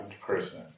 person